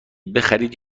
بخرید